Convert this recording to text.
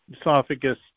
esophagus